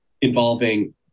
involving